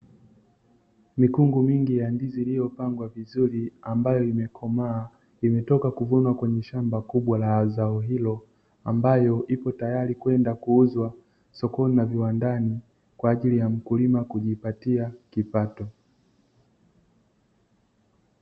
Mikungu mingi ya ndizi iliyopangwa vizuri ambayo imekomaa, imetoka kuvunwa kwenye shamba kubwa la zao hilo, ambayo ipo tayari kwenda kuuzwa sokoni na viwandani kwaajili ya mkulima kujipatia kipato.